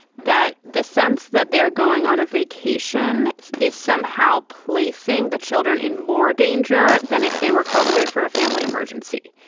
that the sense that they're going on a vacation is somehow placing the children in more danger than if they were called away for a family emergency.